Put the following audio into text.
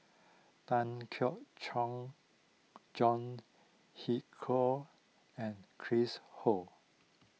Tan Keong Choon John Hitchcock and Chris Ho